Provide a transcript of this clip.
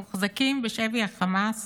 הם מוחזקים בשבי החמאס